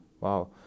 Wow